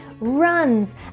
runs